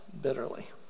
bitterly